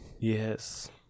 Yes